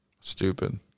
Stupid